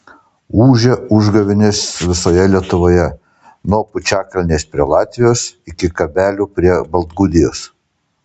ūžia užgavėnės visoje lietuvoje nuo pučiakalnės prie latvijos iki kabelių prie baltgudijos